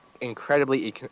incredibly